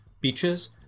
beaches